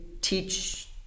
teach